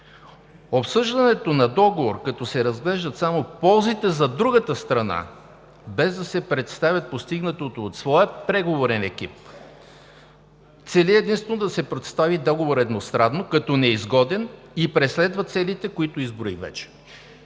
Обсъждането на договор, като се разглеждат само ползите за другата страна, без да се представя постигнатото от своя преговорен екип, цели единствено да се представи договорът едностранно като неизгоден и преследва целите, които изброих вече.